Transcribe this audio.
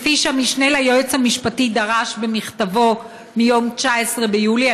כפי שהמשנה ליועץ המשפטי דרש במכתבו מיום 19 ביולי?